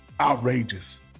outrageous